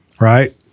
right